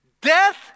Death